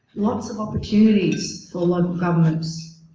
lots of opportunities for local governments